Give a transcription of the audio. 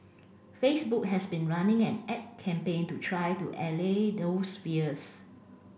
Facebook has been running an ad campaign to try to allay those fears